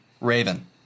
Raven